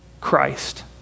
Christ